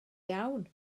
iawn